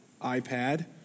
iPad